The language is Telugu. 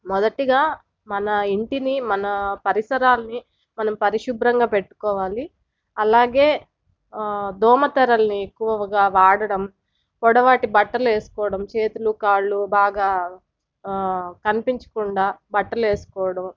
మొదటిగా మన ఇంటిని మన పరిసరాల్ని మనం పరిశుభ్రంగా పెట్టుకోవాలి అలాగే దోమతెరల్ని ఎక్కువగా వాడడం పొడవాటి బట్టలు వేసుకోవడం చేతులు కాళ్లు బాగా కనిపించకుండా బట్టలు వేసుకోవడం